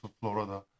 Florida